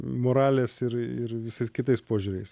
moralės ir ir visais kitais požiūriais